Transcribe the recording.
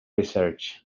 research